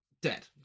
dead